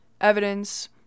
evidence